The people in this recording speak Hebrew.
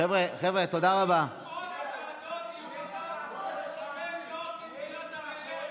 כל הוועדות יהיו מחר חמש שעות מסגירת המליאה,